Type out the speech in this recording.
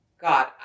God